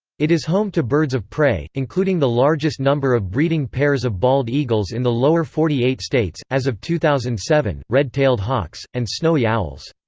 it is home to birds of prey, including the largest number of breeding pairs of bald eagles in the lower forty eight states, as of two thousand and seven, red-tailed hawks, and snowy owls.